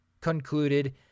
concluded